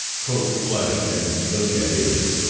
cope flushed, and looked at his.